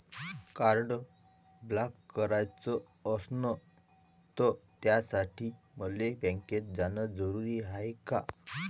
Card block कराच असनं त त्यासाठी मले बँकेत जानं जरुरी हाय का?